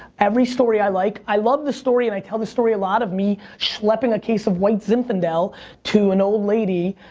every story i like. i love the story and i tell the story. a lot of me schlepping a case of white zinfandel to an old lady